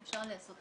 אפשר לעשות